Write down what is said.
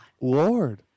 Lord